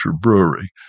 brewery